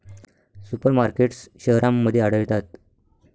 super markets शहरांमध्ये आढळतात